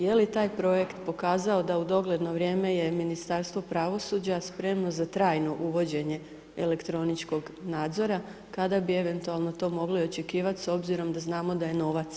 Je li taj projekt pokazao da u dogledno vrijeme je Ministarstvo pravosuđa spremno za trajno uvođenje elektroničkog nadzora, kada bi eventualno to mogli očekivati s obzirom da znamo da je novac u pitanju.